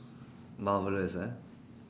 marvellous eh